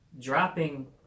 dropping